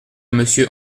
monsieur